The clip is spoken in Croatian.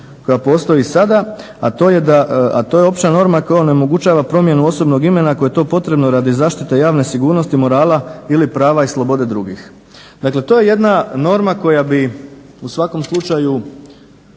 koja postoji sada, a to je opća norma koja onemogućava promjenu osobnog imena ako je to potrebno radi zaštite javne sigurnosti, morala ili prava i slobode drugih. Dakle, to je jedna norma koja bi u svakom slučaju